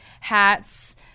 hats